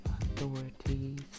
authorities